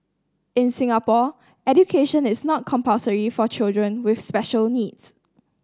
in Singapore education is not compulsory for children with special needs